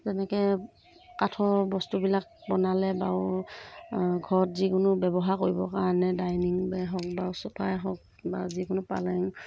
যেনেকৈ কাঠৰ বস্তুবিলাক বনালে বাৰু ঘৰত যিকোনো ব্য়ৱহাৰ কৰিবৰ কাৰণে ডাইনিঙেই হওক বা চোফাই হওক বা যিকোনো পালেং